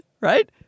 right